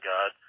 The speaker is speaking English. God